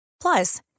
Plus